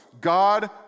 God